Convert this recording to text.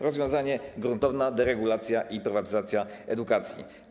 Rozwiązanie: gruntowa deregulacja i prywatyzacja edukacji.